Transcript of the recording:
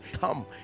Come